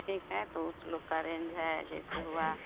ठीक है तो स्लोका रेन्ज है जैसे हुआ